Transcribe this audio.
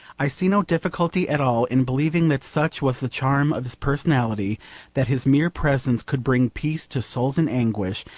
i see no difficulty at all in believing that such was the charm of his personality that his mere presence could bring peace to souls in anguish,